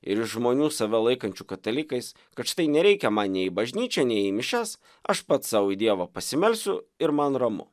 ir iš žmonių save laikančių katalikais kad štai nereikia man nei į bažnyčią nei į mišias aš pats sau į dievą pasimelsiu ir man ramu